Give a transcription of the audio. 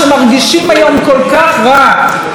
שמרגישים היום כל כך רע,